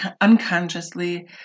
unconsciously